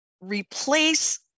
replace